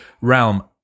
realm